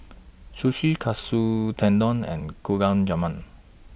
Sushi Katsu Tendon and Gulab Jamun